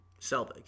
Selvig